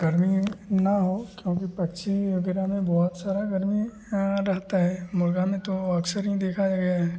गर्मी ना हो क्योंकि पक्षी वग़ैरह में बहुत सारी गर्मी रहतो है मुर्ग़ा में तो अक्सर ही देखा गया है